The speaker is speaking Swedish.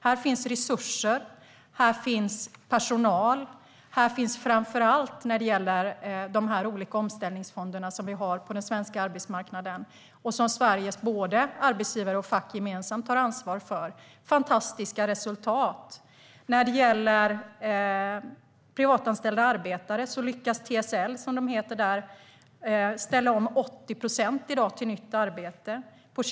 Här finns resurser, här finns personal och här finns framför allt när det gäller de olika omställningsfonder som vi har på den svenska arbetsmarknaden och som både Sveriges arbetsgivare och fack gemensamt tar ansvar för fantastiska resultat. När det gäller privatanställda arbetare lyckas TSL, som omställningsfonden heter där, i dag ställa om 80 procent till nytt arbete.